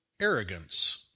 arrogance